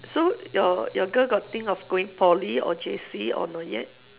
so your your girl got think of going poly or J_C or not yet